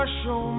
show